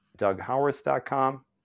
DougHowarth.com